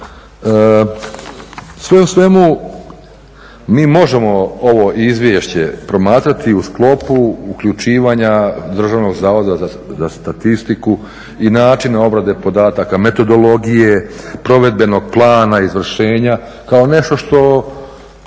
Sve u svemu mi možemo ovo izvješće promatrati u sklopu uključivanja Državnog zavoda za statistiku i načina obrade podataka, metodologije, provedbenog plana izvršenja kao nešto što